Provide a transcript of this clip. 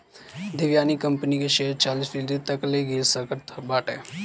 Devyani company के share चालीस फीसदी तकले गिर सकत बाटे